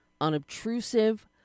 unobtrusive